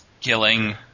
killing